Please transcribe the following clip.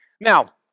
Now